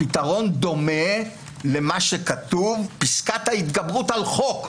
הפתרון דומה למה שכתוב פסקת ההתגברות על חוק.